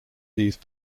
these